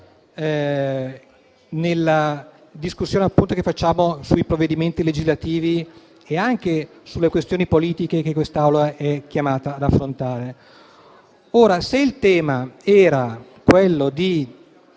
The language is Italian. nelle discussioni che facciamo sui provvedimenti legislativi e sulle questioni politiche che quest'Assemblea è chiamata ad affrontare. Se il tema era quello di